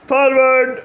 forward